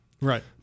Right